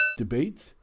Debates